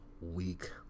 week